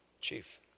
Chief